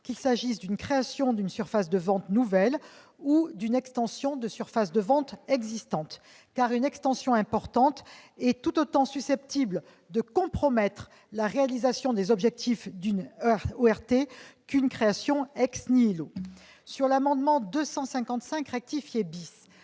qu'il s'agisse d'une création d'une surface de vente nouvelle ou d'une extension d'une surface de vente existante, car une extension importante est tout autant susceptible de compromettre la réalisation des objectifs d'une ORT qu'une création. S'agissant de l'amendement n° 255 rectifié la